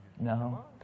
no